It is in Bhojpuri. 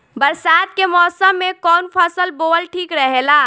बरसात के मौसम में कउन फसल बोअल ठिक रहेला?